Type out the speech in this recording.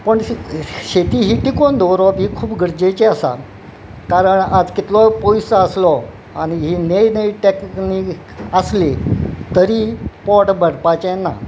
पण शेती ही टिकोवन दवरप ही खूब गरजेचे आसा कारण आज कितलोय पयसो आसलो आनी ही नेयी नेयी टॅक्नी आसली तरी पोट भरपाचे ना